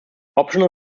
optional